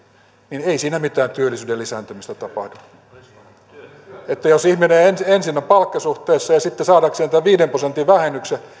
niin ei siinä mitään työllisyyden lisääntymistä tapahdu jos ihminen ensin on palkkasuhteessa ja sitten saadakseen tämän viiden prosentin vähennyksen